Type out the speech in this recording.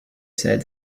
said